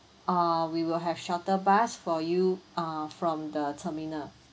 err we will have shuttle bus for you uh from the terminal